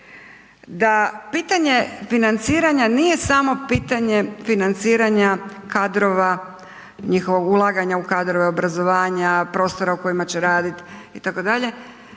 da pitanje financiranja nije samo pitanje financiranja kadrova njihovog ulaganja u kadrove obrazovanja, prostora u kojima će radit itd.,